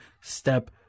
step